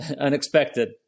unexpected